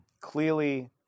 clearly